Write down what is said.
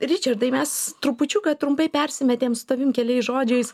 ričardai mes trupučiuką trumpai persimetėm su tavim keliais žodžiais